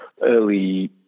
early